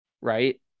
Right